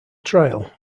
trial